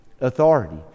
authority